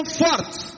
forte